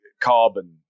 carbon